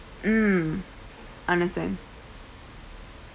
mm understand